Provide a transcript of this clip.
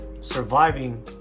Surviving